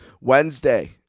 Wednesday